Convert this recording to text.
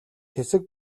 хэсэг